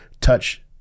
touch